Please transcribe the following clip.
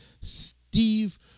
Steve